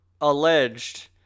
alleged